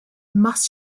must